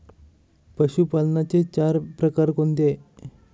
पशुपालनाचे चार प्रकार कोणते?